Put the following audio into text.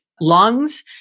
lungs